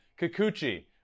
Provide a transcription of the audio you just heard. Kikuchi